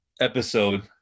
episode